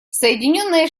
соединенные